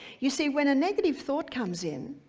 you see, when a negative thought comes in